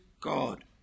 God